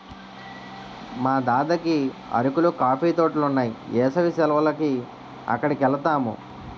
మా దద్దకి అరకులో కాఫీ తోటలున్నాయి ఏసవి సెలవులకి అక్కడికెలతాము